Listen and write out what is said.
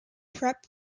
prep